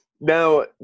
now